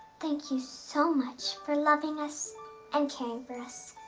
thank you so much for loving us and caring for us.